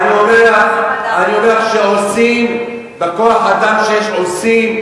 אני אומר לך שעושים, בכוח-אדם שיש עושים.